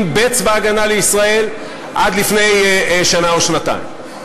בצבא ההגנה לישראל עד לפני שנה או שנתיים.